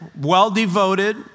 well-devoted